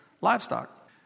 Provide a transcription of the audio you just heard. livestock